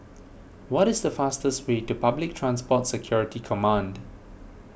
what is the fastest way to Public Transport Security Command